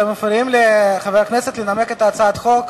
אתם מפריעים לחבר הכנסת לנמק את הצעת החוק.